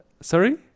sorry